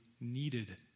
needed